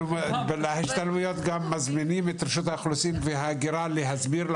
יש לנו השתלמויות שאנחנו גם מזמינים את רשות האוכלוסין להסביר על